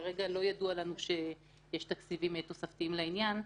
כרגע לא ידוע לנו שיש תקציבים תוספתיים לעניין,